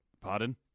Pardon